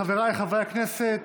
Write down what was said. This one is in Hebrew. חבריי חברי הכנסת,